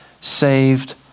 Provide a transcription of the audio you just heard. saved